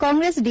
Congress D